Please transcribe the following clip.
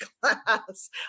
class